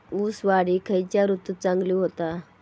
ऊस वाढ ही खयच्या ऋतूत चांगली होता?